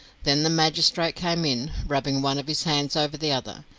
then the magistrate came in, rubbing one of his hands over the other,